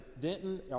Denton